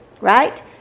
Right